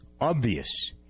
obvious